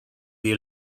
the